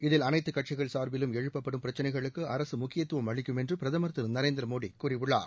இதில் அனைத்து கட்சிகள் சார்பிலும் எழுப்பப்படும் பிரக்சினைகளுக்கு அரசு முக்கியத்துவம் அளிக்கும் என்று பிரதமர் திரு நரேந்திரமோடி கூறியுள்ளார்